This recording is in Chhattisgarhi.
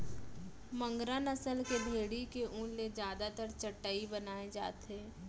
मगरा नसल के भेड़ी के ऊन ले जादातर चटाई बनाए जाथे